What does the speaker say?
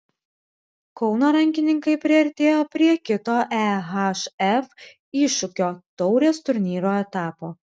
kauno rankininkai priartėjo prie kito ehf iššūkio taurės turnyro etapo